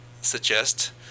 suggest